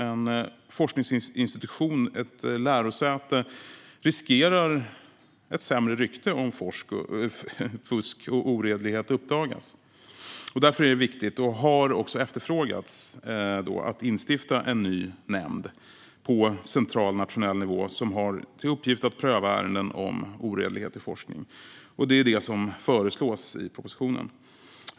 En forskningsinstitution, ett lärosäte, riskerar att få sämre rykte om fusk och oredlighet uppdagas. Därför är det viktigt och efterfrågat att instifta en ny nämnd på central, nationell nivå som har till uppgift att pröva ärenden om oredlighet i forskning. Det är det som föreslås i propositionen.